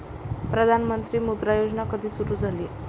प्रधानमंत्री मुद्रा योजना कधी सुरू झाली?